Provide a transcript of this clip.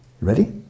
Ready